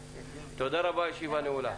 תודה רבה, הישיבה נעולה.